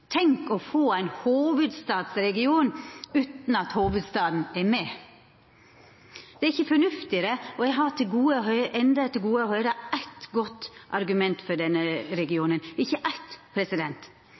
tenk å få ein hovudstadsregion utan at hovudstaden er med! Det er ikkje fornuft i det, og eg har enno til gode å høyra eitt godt argument for denne